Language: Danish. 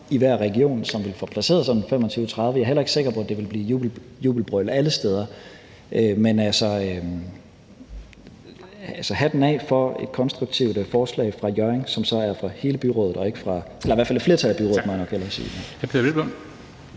i regionerne, som vil få placeret sådan 25-30, er jeg heller ikke sikker på, at der vil komme jubelbrøl alle steder. Men altså, hatten af for et konstruktivt forslag fra Hjørring, som så er fra hele byrådet, i hvert fald fra et flertal i byrådet, må jeg nok hellere sige her.